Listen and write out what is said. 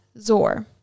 Zor